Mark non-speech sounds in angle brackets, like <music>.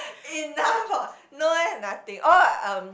<noise> enough ah no eh nothing oh um